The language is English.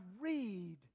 read